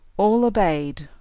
all obeyed,